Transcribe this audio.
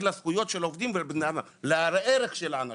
לזכויות של העובדים ולערך של האנשים.